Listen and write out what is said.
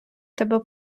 тебе